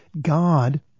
God